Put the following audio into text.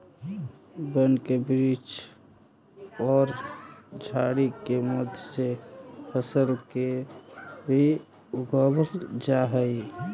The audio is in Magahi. वन के वृक्ष औउर झाड़ि के मध्य से फसल के भी उगवल जा हई